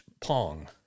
Pong